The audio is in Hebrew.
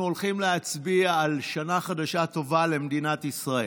אנחנו הולכים להצביע על שנה חדשה טובה למדינת ישראל.